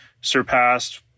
surpassed